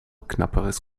knapperes